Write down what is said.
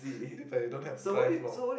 if I don't have dry floor